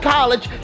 College